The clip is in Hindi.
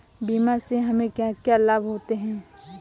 बीमा से हमे क्या क्या लाभ होते हैं?